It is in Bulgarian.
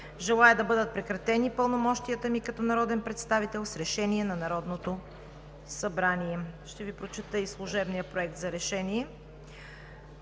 Желая да бъдат прекратени пълномощията ми като народен представител с решение на Народното събрание.“ Ще Ви прочета и служебния Проект за решение: